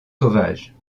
sauvages